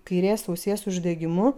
kairės ausies uždegimu